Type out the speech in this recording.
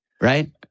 right